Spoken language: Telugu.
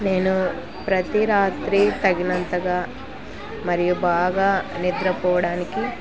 నేను ప్రతి రాత్రి తగినంతగా మరియు బాగా నిద్రపోవడానికి